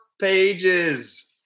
Pages